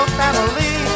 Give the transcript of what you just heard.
family